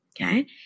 okay